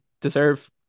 deserve